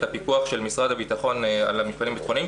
הפיקוח של משרד הביטחון על מפעלים ביטחוניים,